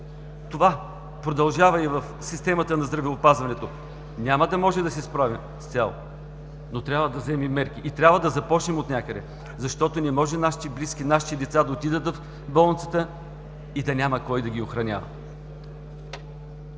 Това продължава и в системата на здравеопазването. Няма да може да се справим изцяло, но трябва да вземем мерки. И трябва да започнем отнякъде. Защото не може нашите близки, нашите деца да отидат в болницата и да няма кой да ги охранява.